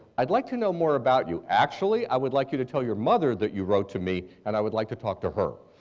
i'd like to know more about you. actually, i would like you to tell your mother that you wrote to me and i would like to talk to her.